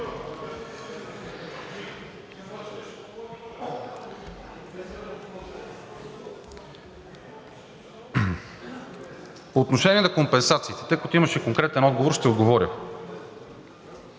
По отношение на компенсациите, тъй като имаше конкретен въпрос, ще отговоря.